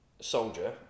soldier